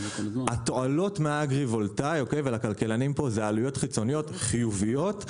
התועלות מאגרי-וולטאי ואלה עלויות חיצוניות חיוביות,